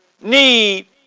need